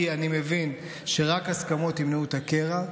כי אני מבין שרק הסכמות ימנעו את הקרע,